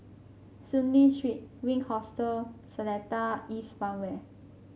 Soon Lee Street Wink Hostel Seletar East Farmway